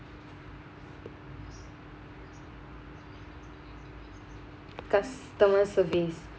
customer service